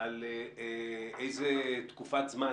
על איזו תקופת זמן.